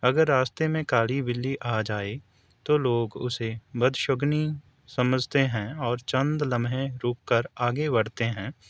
اگر راستے میں کالی بلی آ جائے تو لوگ اسے بدشگنی سمجھتے ہیں اور چند لمحے رک کر آگے بڑھتے ہیں